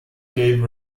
gave